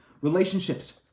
relationships